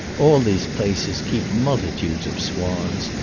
all these places keep multitudes of swans,